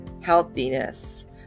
healthiness